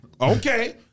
Okay